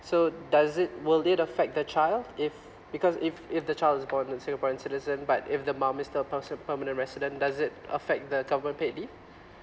so does it will it affect the child if because if if the child is born in singaporean citizen but if the mum is still considered permanent resident does it affect the government paid leave